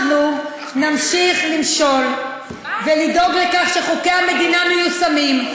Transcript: אנחנו נמשיך למשול ולדאוג לכך שחוקי המדינה מיושמים.